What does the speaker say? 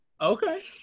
Okay